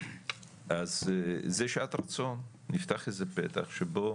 אז זה שהיה את הרצון נפתח איזה פתח שבו